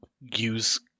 use